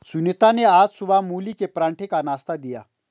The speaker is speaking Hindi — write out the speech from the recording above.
सुनीता ने आज सुबह मूली के पराठे का नाश्ता दिया